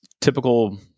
typical